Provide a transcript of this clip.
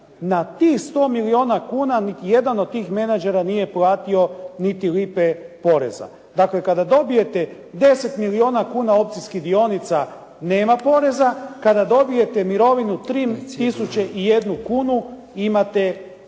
Na tih 100 milijuna kuna, niti jedan od tih menadžera nije platio niti lipe poreza. Dakle, kada dobijete 10 milijuna kuna opcijskih dionica, nema poreza, kada dobijete mirovinu 3 001 kunu imate